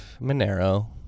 Monero